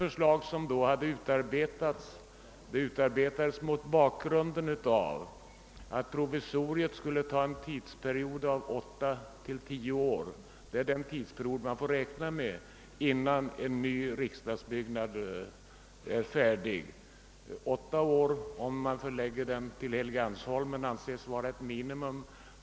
Förslaget hade uppgjorts mot bakgrund av att provisoriet skulle vara i 8—10 år; det är den tidsperiod man får räkna med innan en ny riksdagsbyggnad kan stå färdig. Åtta år beräknas om man förlägger denna till Helgeandsholmen, och det anses vara ett minimum.